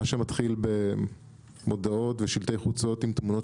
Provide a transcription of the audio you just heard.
מה שמתחיל במודעות בשלטי חוצות עם תמונות